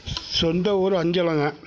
சொந்த ஊரு அஞ்சலம்ங்க